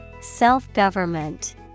Self-government